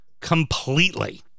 completely